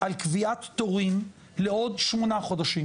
על קביעת תורים לעוד שמונה חודשים,